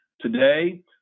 today